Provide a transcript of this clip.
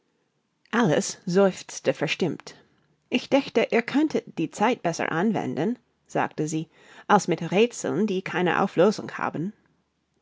alice seufzte verstimmt ich dächte ihr könntet die zeit besser anwenden sagte sie als mit räthseln die keine auflösung haben